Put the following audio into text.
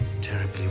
terribly